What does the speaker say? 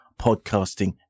podcasting